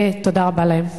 ותודה רבה להם.